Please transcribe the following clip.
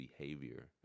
behavior